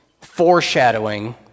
foreshadowing